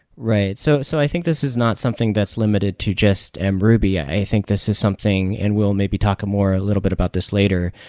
right. so so i think this is not something that's limited to just and mruby. i think this is something, and we'll maybe talk more a little bit about this later.